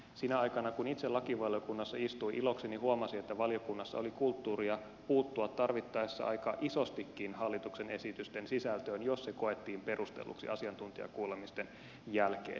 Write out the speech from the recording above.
sinä aikana kun itse lakivaliokunnassa istuin ilokseni huomasin että valiokunnassa oli kulttuuria puuttua tarvittaessa aika isostikin hallituksen esitysten sisältöön jos se koettiin perustelluksi asiantuntijakuulemisten jälkeen